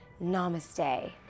Namaste